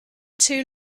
too